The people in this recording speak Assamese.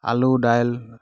আলু দাইল